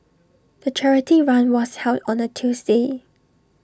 the charity run was held on A Tuesday